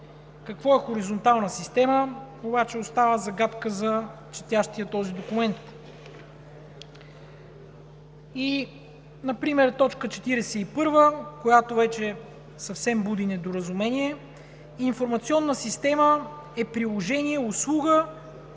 Какво е „хоризонтална система“ обаче остава загадка за четящия този документ. И например т. 41, която вече съвсем буди недоразумение: „41. „Информационна система“ е приложение, услуга,